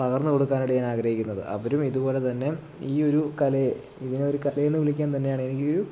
പകർന്നുകൊടുക്കാനായിട്ട് ഞാൻ ആഗ്രഹിക്കുന്നത് അവരും ഇതുപോലെതന്നെ ഈ ഒരു കലയെ ഇതിനെയൊരു കല എന്ന് വിളിക്കാൻ തന്നെയാണ് എനിക്കൊരു